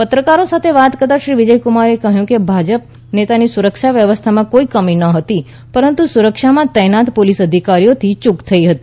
પત્રકારો સાથે વાત કરતાં શ્રી વિજય કુમારે કહ્યું કે ભાજપ નેતાની સુરક્ષા વ્યવસ્થામાં કોઈ કમી નહોતી પરંતુ સુરક્ષામાં તહેનાત પોલીસ અધિકારીઓ થી યૂક થઈ હતી